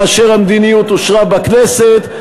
כאשר המדיניות אושרה בכנסת,